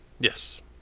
Yes